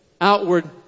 outward